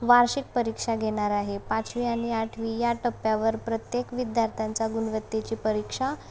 वार्षिक परीक्षा घेणार आहे पाचवी आणि आठवी या टप्प्यावर प्रत्येक विद्यार्थ्यांचा गुणवत्तेची परीक्षा